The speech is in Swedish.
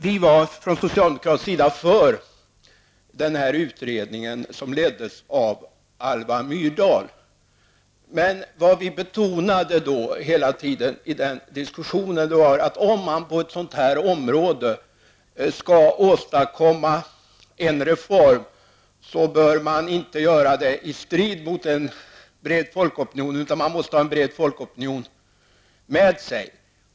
Vi var från socialdemokratisk sida för den utredning som leddes av Alva Myrdal. Men det vi hela tiden betonade i den diskussionen var, att om man på det här området skall åstadkomma en reform, bör man inte göra det i strid mot en bred folkopinion, utan man måste ha en bred folkopinon med sig.